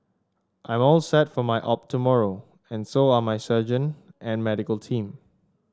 I'm all set for my op tomorrow and so are my surgeon and medical team